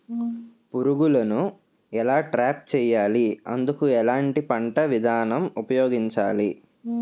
పురుగులను ఎలా ట్రాప్ చేయాలి? అందుకు ఎలాంటి పంట విధానం ఉపయోగించాలీ?